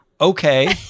okay